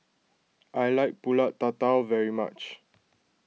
I like Pulut Tatal very much